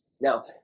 Now